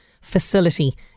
facility